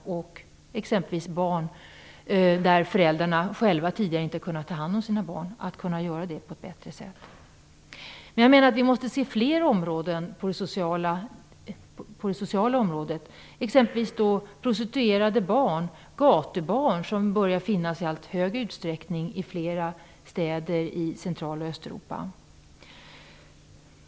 Det gäller exempelvis barn som föräldrarna själva tidigare inte har kunnat ta hand om. Det skall de här föräldrarna kunna göra på ett bättre sätt. Vi måste se fler områden på det sociala området - exempelvis prostituerade barn, gatubarn, som i allt större utsträckning börjar finnas i flera städer i Central och Östeuropa.